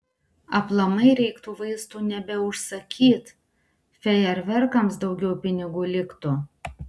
aplamai reiktų vaistų nebeužsakyt fejerverkams daugiau pinigų liktų